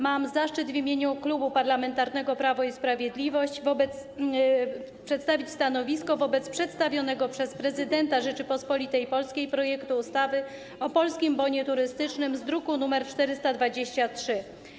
Mam zaszczyt w imieniu Klubu Parlamentarnego Prawo i Sprawiedliwość przedstawić stanowisko wobec przedstawionego przez Prezydenta Rzeczypospolitej Polskiej projektu ustawy o Polskim Bonie Turystycznym z druku nr 423.